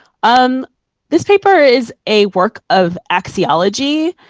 um this paper is a work of axology.